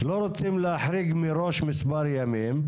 לא רוצים להחריג מראש מספר ימים,